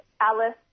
Alice